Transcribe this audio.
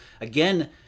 again